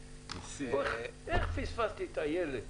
איך פספסתי את איילת?